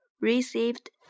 received